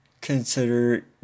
consider